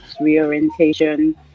reorientation